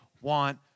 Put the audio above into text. want